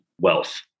wealth